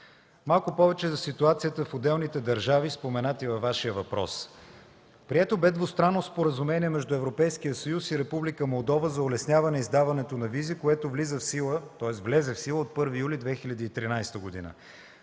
Малко повече за ситуацията в отделните държави, споменати във Вашия въпрос. Прието бе двустранно споразумение между Европейския съюз и Република Молдова за улесняване издаването на визи, което влезе в сила от 1 юли 2013 г.